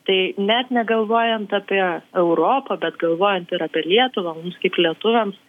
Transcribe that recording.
tai net negalvojant apie europą bet galvojant ir apie lietuvą tik lietuviams